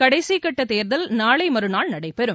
கடைசி கட்ட தேர்தல் நாளை மறுநாள் நடைபெறும்